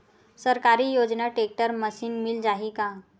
सरकारी योजना tractor machine मिल जाही का?